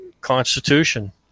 constitution